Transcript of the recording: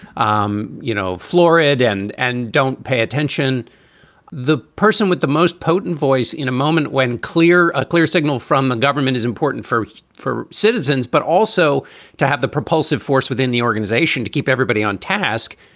um you know, florid and and don't pay attention the person with the most potent voice in a moment when clear a clear signal from the government is important first for citizens, but also to have the propulsive force within the organization to keep everybody on task.